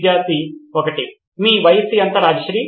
student 1 మీ వయసు ఎంత రాజ్శ్రీ